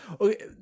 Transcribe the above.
Okay